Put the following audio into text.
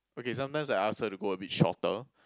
okay sometimes I ask her to go abit shorter